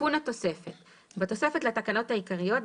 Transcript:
תיקון התוספת 1. בתוספת לתקנות העיקריות,